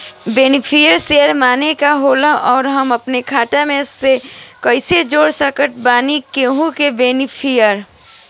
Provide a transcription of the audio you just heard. Beneficiary माने का होखेला और हम आपन खाता मे कैसे जोड़ सकत बानी केहु के बेनीफिसियरी?